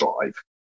drive